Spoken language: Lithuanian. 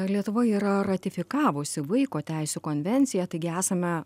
lietuva yra ratifikavusi vaiko teisių konvenciją taigi esame